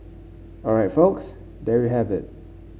all right folks there you have it